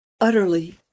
Utterly